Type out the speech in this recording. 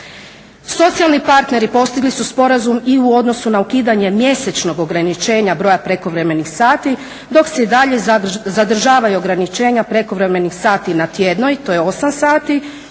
Socijalni partneri postigli su sporazum i u odnosu na ukidanje mjesečnog ograničenja broja prekovremenih sati dok se i dalje zadržavaju ograničenja prekovremenih sati na tjednoj, to je 8 sati,